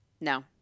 No